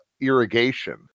irrigation